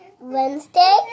Wednesday